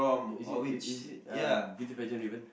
is it is is it uh beauty pageant ribbon